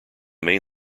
main